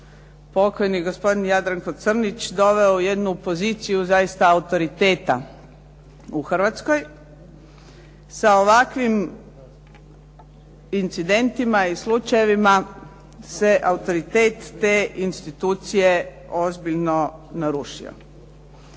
pokojni gospodin Jadranko Crnić doveo u jednu poziciju zaista autoriteta u Hrvatskoj. Sa ovakvim incidentima i slučajevima se autoritet te institucije ozbiljno narušio.